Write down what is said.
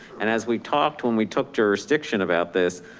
and as we talked, when we took jurisdiction about this,